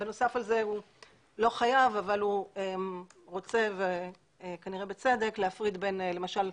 בנוסף לזה הוא לא חייב אבל הוא רוצה להפריד, למשל,